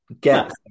get